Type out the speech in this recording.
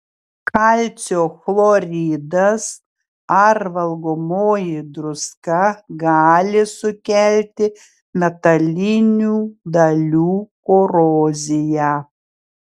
kalcio chloridas ar valgomoji druska gali sukelti metalinių dalių koroziją